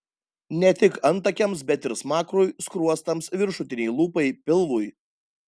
ne tik antakiams bet ir smakrui skruostams viršutinei lūpai pilvui